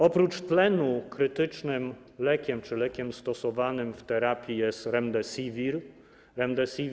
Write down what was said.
Oprócz tlenu krytycznym lekiem czy lekiem stosowanym w terapii jest Remdesivir.